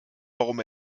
warum